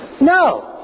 No